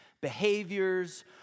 behaviors